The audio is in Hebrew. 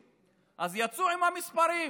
אז יצאו עם המספרים: